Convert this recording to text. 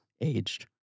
aged